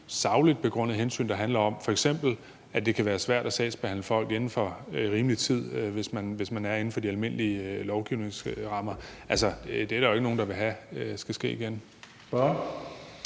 sagligt begrundet hensyn, der f.eks. handler om, at det kan være svært at behandle folks sager inden for en rimelig tid, hvis det skal ske inden for de almindelige lovgivningsrammer. Altså, det er der jo ikke nogen der vil have skal ske igen.